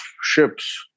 ships